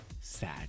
sad